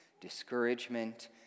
discouragement